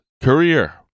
Career